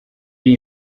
uri